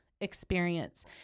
experience